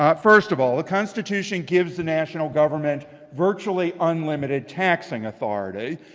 ah first of all, the constitution gives the national government virtually unlimited taxing authority.